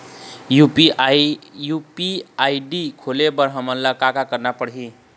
UPI खोले बर हमन ला का का करना पड़ही?